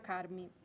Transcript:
Carmi